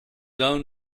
own